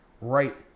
right